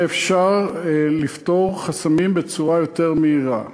יהיה אפשר לפתור חסמים בצורה יותר מהירה.